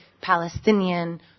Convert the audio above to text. Palestinian